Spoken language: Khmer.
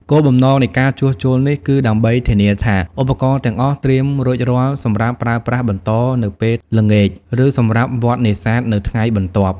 គោលបំណងនៃការជួសជុលនេះគឺដើម្បីធានាថាឧបករណ៍ទាំងអស់ត្រៀមរួចរាល់សម្រាប់ប្រើប្រាស់បន្តនៅពេលល្ងាច ឬសម្រាប់វដ្ដនេសាទនៅថ្ងៃបន្ទាប់។